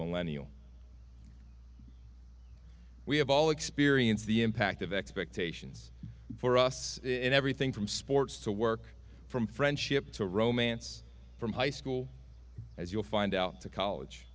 millennium we have all experienced the impact of expectations for us in everything from sports to work from friendship to romance from high school as you'll find out to college